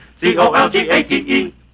C-O-L-G-A-T-E